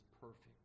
perfect